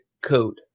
code